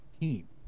team